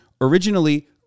originally